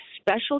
special